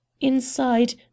inside